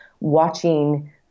watching